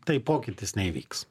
tai pokytis neįvyks